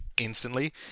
instantly